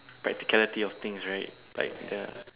practicality of things right like the